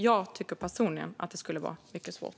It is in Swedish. Jag tycker personligen att det skulle vara mycket svårt.